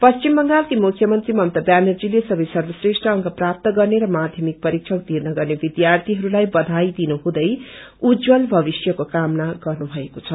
पश्चिम बंगालकी मुख्यमन्त्री ममता ब्यानर्जले सवै सर्वश्रेष्ट अंक प्राप्त गर्ने र माध्यमिक परिक्षा उतिर्ण गर्ने विध्यापीळस्लाई बधाई दिनुहुँदै उज्जवल भविष्यको कामना गर्नुभएको छ